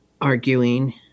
arguing